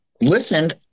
listened